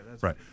Right